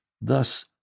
thus